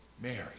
Mary